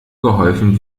geholfen